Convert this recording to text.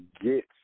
get